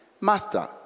Master